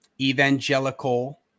Evangelical